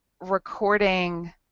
recording